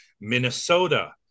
Minnesota